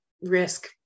risk